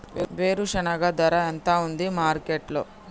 వేరుశెనగ ధర ఎంత ఉంది మార్కెట్ లో?